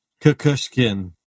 Kukushkin